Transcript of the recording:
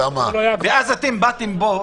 ואז אתם באתם לפה,